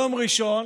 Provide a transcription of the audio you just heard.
ביום ראשון